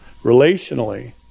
Relationally